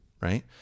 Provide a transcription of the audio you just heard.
right